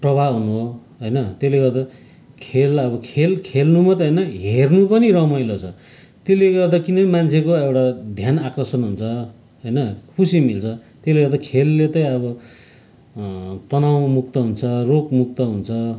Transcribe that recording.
प्रवाह हुनु हो होइन त्यसलेगर्दा खेल अब खेल खेल्नु मात्रै होइन हेर्नु पनि रमाइलो छ त्यसलेगर्दा किनभने मान्छेहरूको एउटा ध्यान आकर्षण हुन्छ होइन खुसी मिल्छ त्यसले गर्दा खेलले चाहिँ अब तनाउमुक्त हुन्छ रोगमुक्त हुन्छ